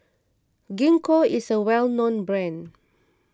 Gingko is a well known brand